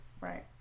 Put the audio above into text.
Right